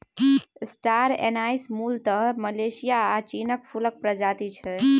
star anise मुलतः Malaysia आ चीनक फुलक प्रजाति छै